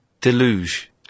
deluge